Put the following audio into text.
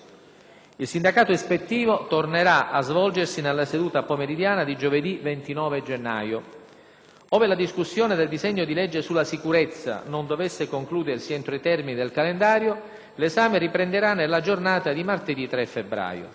Il sindacato ispettivo tornerà a svolgersi nella seduta pomeridiana di giovedì 29 gennaio. Ove la discussione del disegno di legge sulla sicurezza non dovesse concludersi entro i termini del calendario, l'esame riprenderà nella giornata di martedì 3 febbraio.